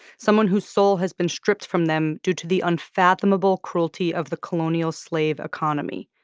someone whose soul has been stripped from them due to the unfathomable cruelty of the colonial slave economy.